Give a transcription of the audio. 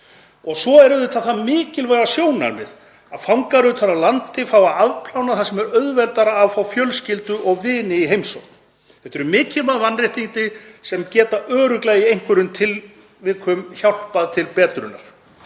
og svo er auðvitað það mikilvæga sjónarmið að fangar utan af landi fái að afplána þar sem auðveldara er að fá fjölskyldu og vini í heimsókn. Þetta eru mikilvæg mannréttindi sem geta örugglega í einhverjum tilvikum hjálpað til betrunar.